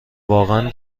واقعا